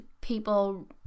people